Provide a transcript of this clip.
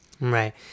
Right